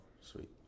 Sweet